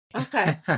Okay